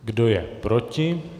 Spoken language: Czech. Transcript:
Kdo je proti?